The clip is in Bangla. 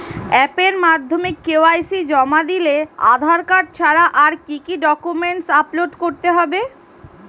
অ্যাপের মাধ্যমে কে.ওয়াই.সি জমা দিলে আধার কার্ড ছাড়া আর কি কি ডকুমেন্টস আপলোড করতে হবে?